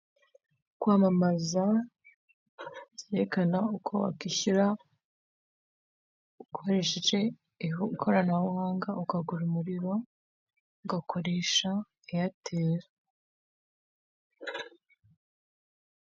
Kwamamaza byerekana uko wakwishyura ukoresheje ikoranabuhanga ukagura umuriro ugakoresha eyateri.